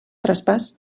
traspàs